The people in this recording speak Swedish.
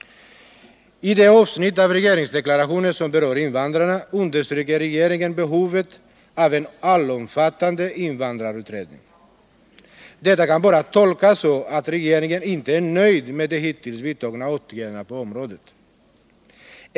I det avsnitt av regeringsdeklarationen som berör invandrarna understryker regeringen behovet av en allomfattande invandrarutredning. Detta kan bara tolkas så att regeringen inte är nöjd med de hittills vidtagna åtgärderna på området.